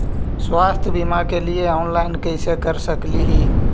स्वास्थ्य बीमा के लिए ऑनलाइन कैसे कर सकली ही?